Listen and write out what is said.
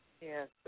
Yes